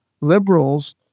liberals